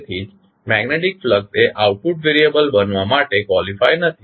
તેથી જ magnetic flux એ આઉટપુટ વેરીયબલ બનવા માટે ક્વોલિફાય નથી